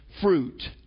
fruit